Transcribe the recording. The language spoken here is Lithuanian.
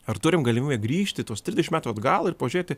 ar turim galimybę grįžti į tuos trisdešim metų atgal ir pažiūrėti